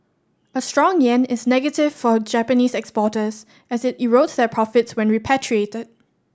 a strong yen is negative for Japanese exporters as it erodes their profits when repatriated